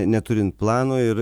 neturint plano ir